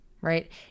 Right